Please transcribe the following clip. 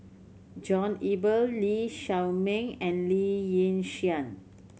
John Eber Lee Shao Meng and Lee Yi Shyan